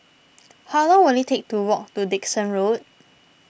how long will it take to walk to Dickson Road